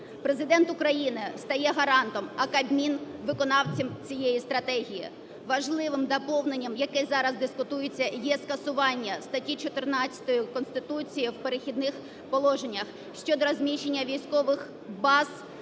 Президент України стає гарантом, а Кабмін виконавцем цієї стратегії. Важливим доповненням, яке зараз дискутуються, є скасування статті 14 Конституції в "Перехідних положеннях" щодо розміщення військових баз